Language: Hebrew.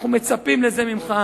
אנחנו מצפים לזה ממך,